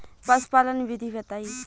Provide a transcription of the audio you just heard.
पशुपालन विधि बताई?